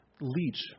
leach